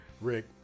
Rick